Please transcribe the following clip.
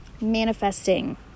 Manifesting